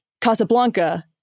Casablanca